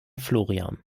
florian